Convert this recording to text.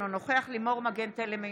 אינו נוכח לימור מגן תלם,